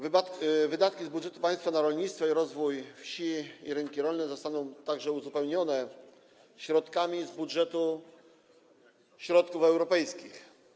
Wydatki z budżetu państwa na rolnictwo i rozwój wsi oraz rynków rolnych zostaną uzupełnione środkami z budżetu środków europejskich.